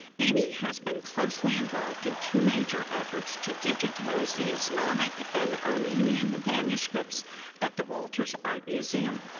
amy has been closely involved in two major efforts to digitize the islamic and armenian manuscripts at the walters art museum,